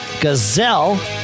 Gazelle